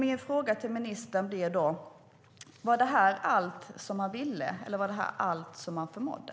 Min fråga till ministern blir: Var det allt man ville, eller var det allt man förmådde?